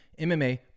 MMA